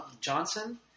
Johnson